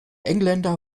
engländer